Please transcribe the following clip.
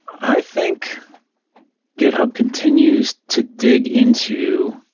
i think github continues to dig into